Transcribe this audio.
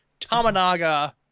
Tamanaga